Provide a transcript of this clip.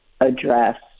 address